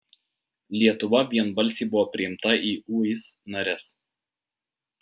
lietuva vienbalsiai buvo priimta į uis nares